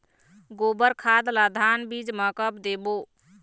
गोबर खाद ला धान बीज म कब देबो?